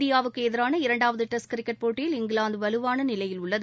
இந்தியாவுக்கு எதிரான இரண்டாவது டெஸ்ட் கிரிக்கெட் போட்டியில் இங்கிலாந்து வலுவான நிலையில் உள்ளது